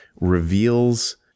reveals